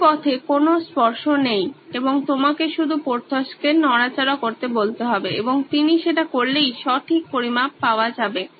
এই পথে কোনো স্পর্শ নেই এবং তোমাকে শুধু পোর্থস কে নড়াচড়া করতে বলতে হবে এবং তিনি সেটা করলেই সঠিক পরিমাপ পাওয়া যাবে